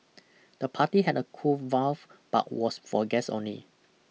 the party had a cool valve but was for guests only